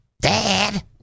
Dad